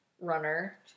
runner